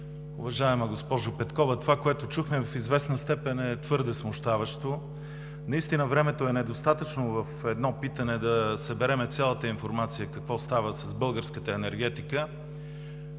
Уважаема госпожо Петкова, това, което чухме, в известна степен е твърде смущаващо. Наистина времето е недостатъчно в едно питане да съберем цялата информация какво става с българската енергетика,